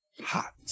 hot